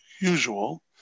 usual